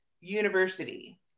University